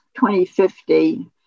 2050